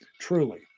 truly